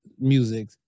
music